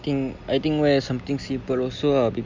think I think wear something simple also lah be~